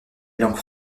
langue